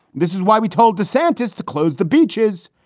this is why we told the scientists to close the beaches.